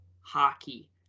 Hockey